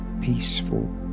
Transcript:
peaceful